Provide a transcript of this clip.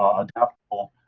um adaptable